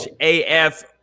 AF